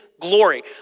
glory